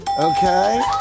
Okay